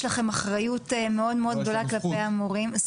לכם אחריות מאוד גדולה כלפי המורים.